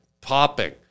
popping